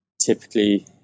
Typically